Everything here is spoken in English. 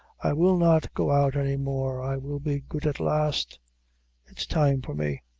i will not go out any more i will be good at last it's time for me.